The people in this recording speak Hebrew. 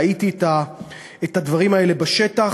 ראיתי את הדברים האלה בשטח,